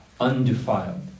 undefiled